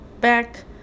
back